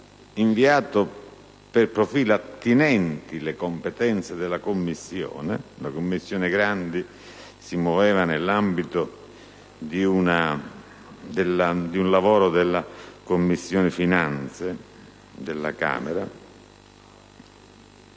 inviato per i profili attinenti le sue competenze (la Commissione Grandi si muoveva nell'ambito di un lavoro della Commissione finanze della Camera).